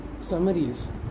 summaries